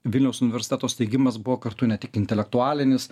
vilniaus universiteto steigimas buvo kartu ne tik intelektualinis